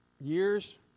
years